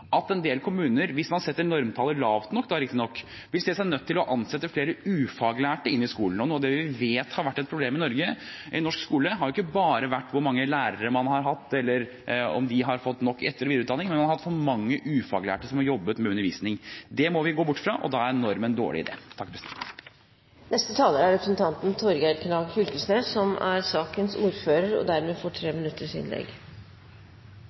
at en del kommuner – hvis man setter normtallet lavt nok, riktignok – vil se seg nødt til å ansette flere ufaglærte i skolen. Noe av det vi vet har vært et problem i Norge, i norsk skole, har jo ikke bare vært hvor mange lærere man har hatt, eller om de har fått nok etter- og videreutdanning, men at man har hatt for mange ufaglærte som har jobbet med undervisning. Det må vi gå bort fra, og da er en norm en dårlig idé. Neste taler er Torgeir Knag Fylkesnes, som er sakens ordfører og dermed får 3 minutters